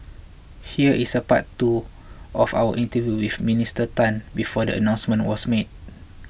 here is a part two of our interview with Minister Tan before the announcement was made